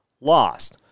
lost